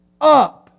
up